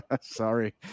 Sorry